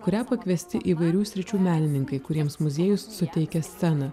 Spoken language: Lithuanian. kurią pakviesti įvairių sričių menininkai kuriems muziejus suteikia sceną